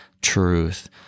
truth